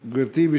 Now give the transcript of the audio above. גברתי,